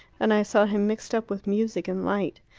and i saw him mixed up with music and light.